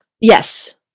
Yes